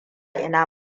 ina